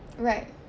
right